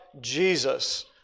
Jesus